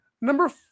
Number